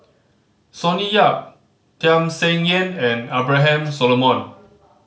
Sonny Yap Tham Sien Yen and Abraham Solomon